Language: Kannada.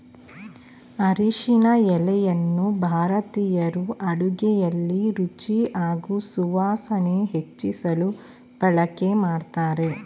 ಅರಿಶಿನ ಎಲೆಯನ್ನು ಭಾರತೀಯರು ಅಡುಗೆಲಿ ರುಚಿ ಹಾಗೂ ಸುವಾಸನೆ ಹೆಚ್ಚಿಸಲು ಬಳಕೆ ಮಾಡ್ತಾರೆ